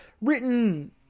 written